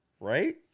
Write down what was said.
Right